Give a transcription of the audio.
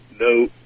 no